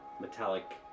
metallic